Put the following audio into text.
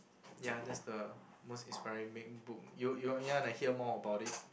ya that's the most inspiring book you you want to hear more about it